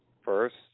first